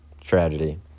tragedy